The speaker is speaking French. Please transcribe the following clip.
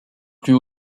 plus